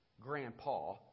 grandpa